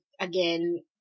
again